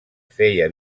feia